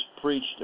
preached